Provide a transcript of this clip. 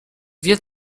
wie